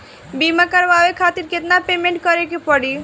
बीमा करावे खातिर केतना पेमेंट करे के पड़ी?